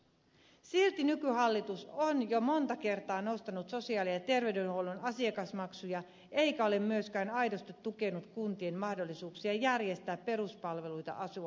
silti nykyhallitus on jo monta kertaa nostanut sosiaali ja terveydenhuollon asiakasmaksuja eikä ole myöskään aidosti tukenut kuntien mahdollisuuksia järjestää peruspalveluita asukkailleen